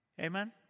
Amen